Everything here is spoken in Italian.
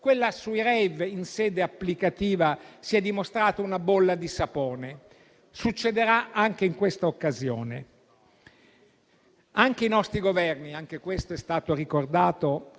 Quella sui *rave* in sede applicativa si è dimostrata una bolla di sapone; succederà anche in questa occasione. Anche i nostri Governi - pure questo è stato ricordato